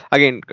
Again